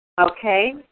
Okay